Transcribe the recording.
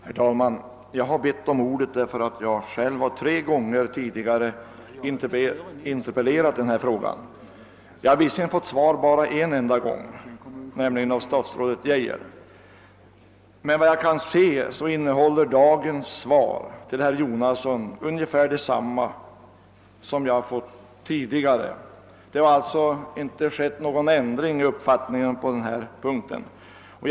Herr talman! Jag har bett om ordet därför att jag själv tre gånger tidigare har interpellerat i denna fråga, även om jag har fått svar bara en enda gång, nämligen av statsrådet Geijer. Enligt vad jag kan förstå innehåller dagens svar till herr Jonasson ungefär detsamma som det svar jag fick. Det har alltså inte skett någon ändring i uppfattningen på denna punkt.